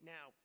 Now